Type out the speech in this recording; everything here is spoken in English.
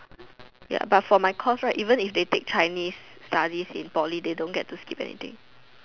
ya but for my course right even if they take Chinese studies in poly they don't get to skip anything